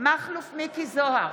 מכלוף מיקי זוהר,